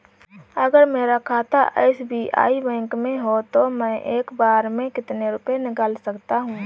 अगर मेरा खाता एस.बी.आई बैंक में है तो मैं एक बार में कितने रुपए निकाल सकता हूँ?